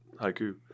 haiku